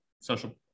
social